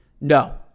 No